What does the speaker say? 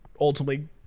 ultimately